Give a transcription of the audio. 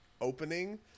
opening –